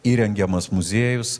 įrengiamas muziejus